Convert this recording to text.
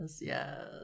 yes